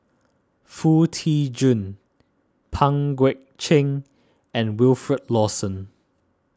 Foo Tee Jun Pang Guek Cheng and Wilfed Lawson